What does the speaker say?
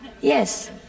yes